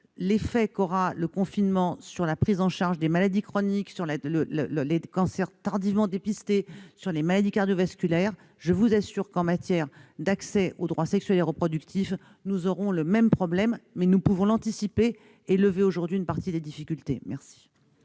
l'effet qu'aura le confinement sur la prise en charge des maladies chroniques, sur les cancers tardivement dépistés, sur les maladies cardiovasculaires, mais, en matière d'accès aux droits sexuels et reproductifs, nous aurons le même problème. Or nous pouvons l'anticiper et lever aujourd'hui une partie des difficultés. Monsieur